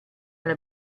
alla